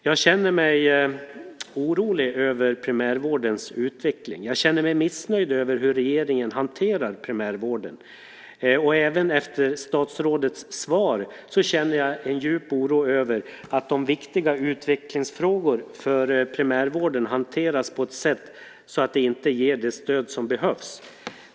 Jag känner mig orolig över primärvårdens utveckling. Jag känner mig missnöjd med hur regeringen hanterar primärvården. Även efter statsrådets svar känner jag en djup oro över att de viktiga utvecklingsfrågorna för primärvården hanteras på ett sätt som gör att det inte ger det stöd som behövs.